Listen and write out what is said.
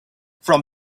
from